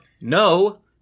No